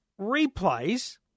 replays